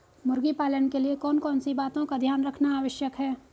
मुर्गी पालन के लिए कौन कौन सी बातों का ध्यान रखना आवश्यक है?